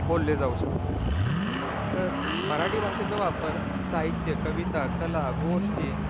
बोलले जाऊ शकतो तर मराठी भाषेचा वापर साहित्य कविता कला गोष्टी